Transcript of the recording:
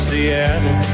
Seattle